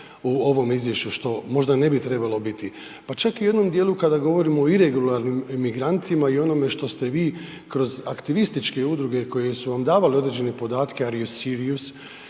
u ovome izvješću što možda ne bi trebalo biti, pa čak i u jednom dijelu kada govorimo o iregularni emigrantima i onome što ste vi kroz aktivističke udruge koje su vam davale određene podatke „Are you Syrious“